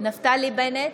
נפתלי בנט,